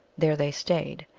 there they stayed.